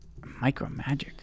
Micromagic